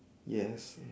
yes